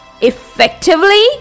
effectively